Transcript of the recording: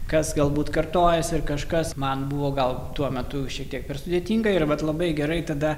kas galbūt kartojasi ar kažkas man buvo gal tuo metu šiek tiek per sudėtinga ir vat labai gerai tada